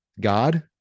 god